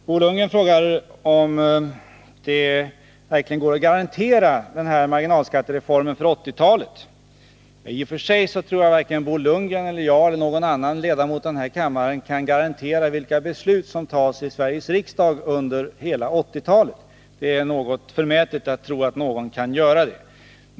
Herr talman! Bo Lundgren frågar om det verkligen går att garantera denna marginalskattereform för 1980-talet. Jag tror inte att vare sig Bo Lundgren, jag eller någon annan ledamot av denna kammare kan garantera vilka beslut som kommer att fattas i Sveriges riksdag under hela 1980-talet. Det är något förmätet att tro att någon kan göra det.